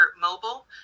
mobile